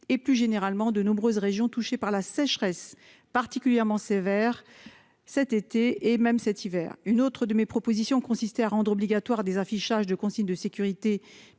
et plus généralement de nombreuses régions touchées par la sécheresse particulièrement sévère cet été et même cet hiver. Une autre de mes propositions consisté à rendre obligatoire des affichages de consignes de sécurité prévention